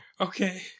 Okay